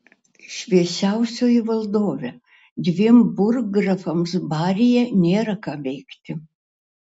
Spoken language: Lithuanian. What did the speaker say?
šviesiausioji valdove dviem burggrafams baryje nėra ką veikti